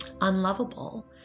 unlovable